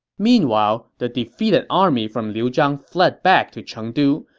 meanwhile, the defeated army from liu zhang fled back to chengdu,